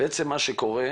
בעצם מה שקורה,